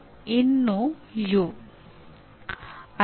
ಇದನ್ನು ಸೂಚನಾ ವಿನ್ಯಾಸವೆಂದು ಕರೆಯುತ್ತಾರೆ